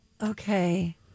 okay